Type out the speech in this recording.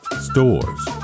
Stores